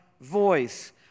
voice